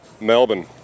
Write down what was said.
Melbourne